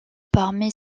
parmi